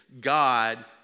God